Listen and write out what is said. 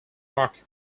market